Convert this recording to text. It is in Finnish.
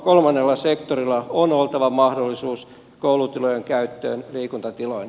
kolmannella sektorilla on oltava mahdollisuus koulutilojen käyttöön liikuntatiloina